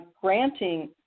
granting